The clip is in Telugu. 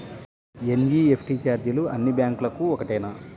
ఎన్.ఈ.ఎఫ్.టీ ఛార్జీలు అన్నీ బ్యాంక్లకూ ఒకటేనా?